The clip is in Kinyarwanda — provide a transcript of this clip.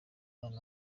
abana